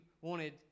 wanted